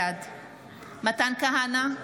בעד מתן כהנא,